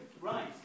Right